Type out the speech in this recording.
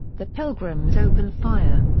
the pilgrims open fire.